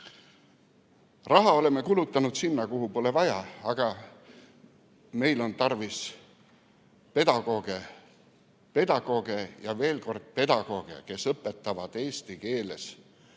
Raha oleme kulutanud sinna, kuhu pole vaja, aga meil on tarvis pedagooge, pedagooge ja veel kord pedagooge, kes õpetavad eesti keeles.